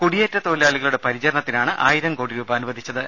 കുടിയേറ്റ തൊഴിലാളികളുടെ പരിചരണത്തിനാണ് ആയിരം കോടി രൂപ അനുവദിച്ചത്